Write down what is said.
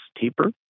taper